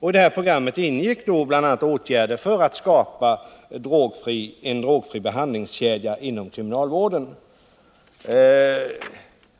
I programmet ingick bl.a. åtgärder för att skapa en drogfri behandlingskedja inom kriminalvården.